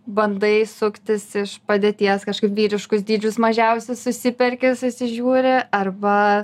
bandai suktis iš padėties kažkaip vyriškus dydžius mažiausius susiperki susižiūri arba